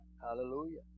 Hallelujah